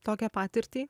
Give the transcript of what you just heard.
tokią patirtį